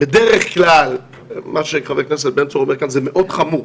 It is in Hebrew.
בדרך כלל זה מאוד חמור,